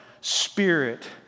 Spirit